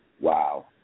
wow